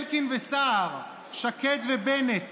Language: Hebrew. אלקין וסער, שקד ובנט,